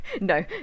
no